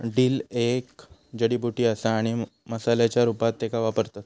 dill एक जडीबुटी असा आणि मसाल्याच्या रूपात त्येका वापरतत